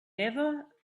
never